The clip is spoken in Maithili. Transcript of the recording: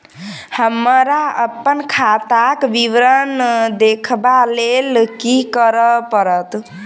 हमरा अप्पन खाताक विवरण देखबा लेल की करऽ पड़त?